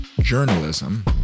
journalism